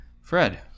fred